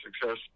success